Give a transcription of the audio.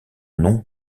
nom